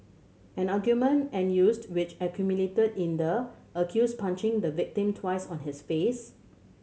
an argument which a culminated in the accused punching the victim twice on his face